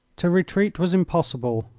to retreat was impossible.